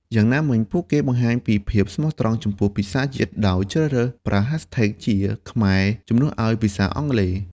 យ៉ាងណាមិញ ពួកគេបង្ហាញពីភាពស្មោះត្រង់ចំពោះភាសាជាតិដោយជ្រើសរើសប្រើ hashtags ជាខ្មែរ ជំនួសឱ្យភាសាអង់គ្លេស។